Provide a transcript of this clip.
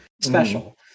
special